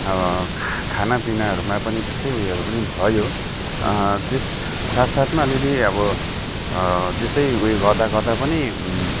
अब खा खानापिनाहरूमा पनि त्यस्तै उयोहरू पनि भयो त्यस साथसाथमा अलिलि अब त्यसै उयो गर्दा गर्दा पनि